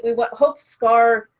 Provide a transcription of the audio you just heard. and but hope scar,